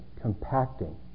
compacting